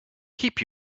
keep